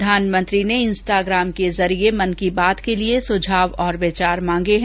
प्रधानमंत्री ने इंस्टाग्राम के जरिये मन की बात के लिए सुझाव और विचार मांगे हैं